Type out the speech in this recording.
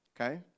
Okay